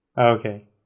Okay